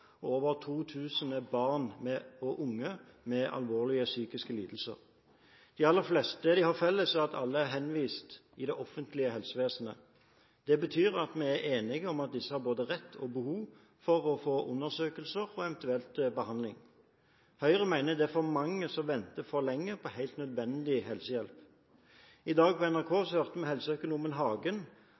og over 2 000 er barn og unge med alvorlige psykiske lidelser. Det de har felles, er at alle er henvist i det offentlige helsevesenet. Det betyr at vi er enige om at disse har både rett til og behov for å få undersøkelser og eventuelt behandling. Høyre mener det er for mange som venter for lenge på helt nødvendig helsehjelp. I dag på NRK hørte vi helseøkonomen Hagen